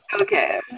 Okay